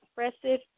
expressive